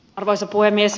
arvoisa puhemies